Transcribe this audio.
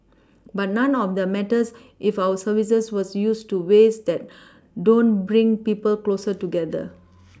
but none of that matters if our services was used to ways that don't bring people closer together